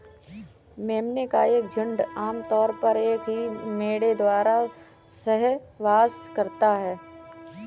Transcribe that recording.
मेमने का एक झुंड आम तौर पर एक ही मेढ़े द्वारा सहवास करता है